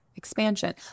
expansion